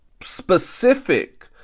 specific